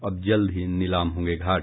अब जल्द ही नीलाम होंगे घाट